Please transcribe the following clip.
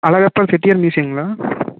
Alagappa Chettiar மியூசியம்ங்களா